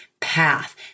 path